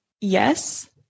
yes